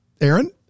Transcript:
Aaron